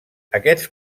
aquests